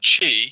Chi